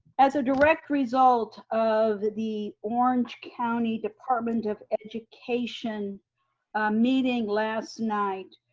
as a direct result of the orange county department of education meeting last night,